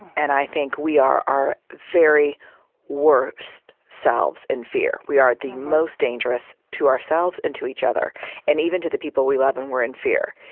and i think we are our very worst selves in fear. we are the most dangerous to ourselves and to each other and even to the people we love, when and we're in fear.